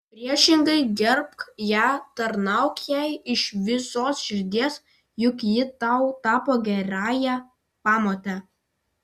priešingai gerbk ją tarnauk jai iš visos širdies juk ji tau tapo gerąja pamote